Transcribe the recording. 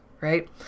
right